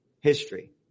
history